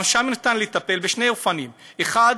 גם שם ניתן לטפל בשני אופנים: האחד,